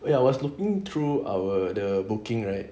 I was looking through our the booking right